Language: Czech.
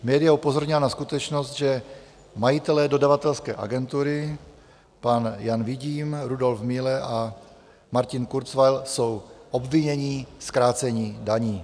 Média upozornila na skutečnost, že majitelé dodavatelské agentury pan Jan Vidím, Rudolf Mihle a Martin Kurzweil jsou obviněni z krácení daní.